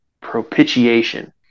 propitiation